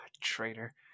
Traitor